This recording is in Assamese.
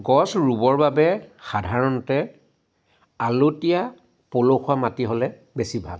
গছ ৰুবৰ বাবে সাধাৰণতে আলতীয়া পলসুৱা মাটি হ'লে বেছি ভাল